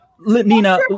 Nina